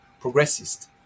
progressist